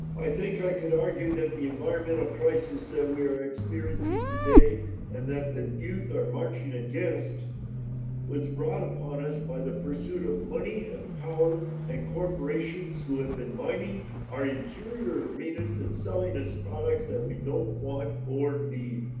i think i could argue that the environmental crisis that we are experiencing today and that the youth are marching against duke redbird was brought upon us by the pursuit of money and power and corporations who have been mining our interior arenas and selling us products that we don't want or need